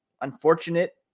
unfortunate